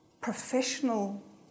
professional